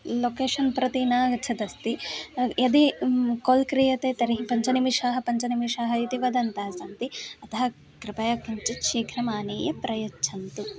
location प्रति न आगच्छदस्ति यदि काल् क्रियते तर्हि पञ्चनिमेषाः पञ्चनिमेषाः इति वदन्तः सन्ति अतः कृपया किञ्चित् शीघ्रम् आनीय प्रयच्छन्तु